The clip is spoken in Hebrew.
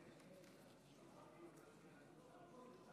אני